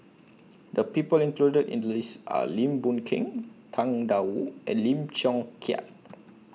The People included in The list Are Lim Boon Keng Tang DA Wu and Lim Chong Keat